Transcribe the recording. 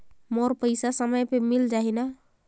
मोर पइसा समय पे मिल जाही न?